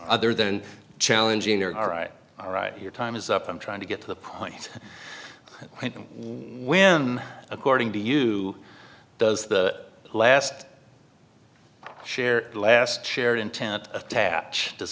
other than challenging your alright alright your time is up i'm trying to get to the point when according to you does the last share last shared intent attach does